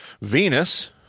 Venus